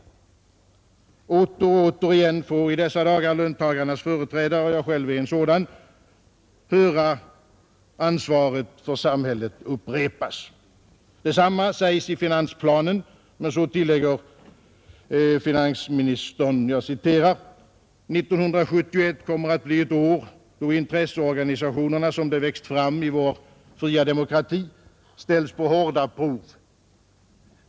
Åter och åter igen får i dessa dagar löntagarnas företrädare — jag är själv en sådan — höra orden om ansvar för samhället upprepas. Detsamma sägs i finansplanen, men så tillägger finansministern: ”1971 kommer att bli ett år då intresseorganisationerna som de växt fram i vår fria demokrati ställs på hårda prov.